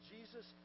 Jesus